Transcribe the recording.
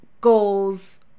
goals